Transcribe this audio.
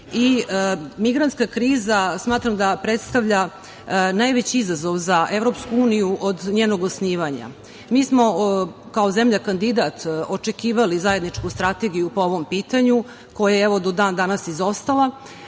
i migrantska kriza smatram da predstavlja najveći izazov za EU od njenog osnivanja. Mi smo kao zemlja kandidat očekivali zajedničku strategiju po ovom pitanju koja je evo do dan danas izostala.